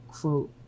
quote